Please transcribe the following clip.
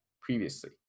previously